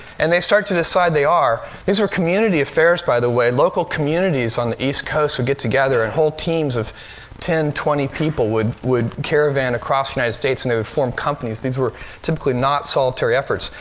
and they start to decide they are. these are community affairs, by the way. local communities on the east coast would get together and whole teams of ten, twenty people would would caravan across the united states, and they would form companies. these were typically not solitary efforts.